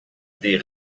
des